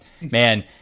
man